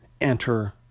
enter